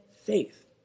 faith